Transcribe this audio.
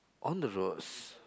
on the roads